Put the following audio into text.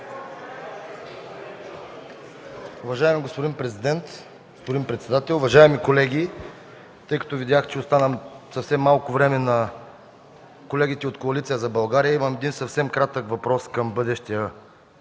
Уважаеми господин президент, господин председател, уважаеми колеги! Тъй като видях, че остана съвсем малко време на колегите от Коалиция за България, имам съвсем кратък въпрос към бъдещия